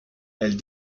elle